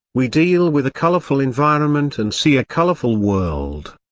we deal with a colorful environment and see a colorful world.